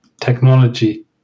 technology